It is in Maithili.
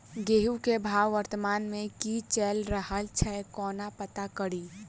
गेंहूँ केँ भाव वर्तमान मे की चैल रहल छै कोना पत्ता कड़ी?